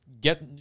get